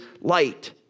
light